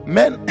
Men